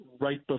right